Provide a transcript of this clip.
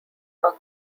are